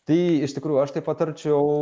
tai iš tikrųjų aš tai patarčiau